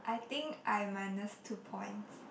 I think I minus two points